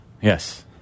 yes